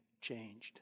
changed